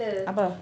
apa